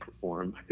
perform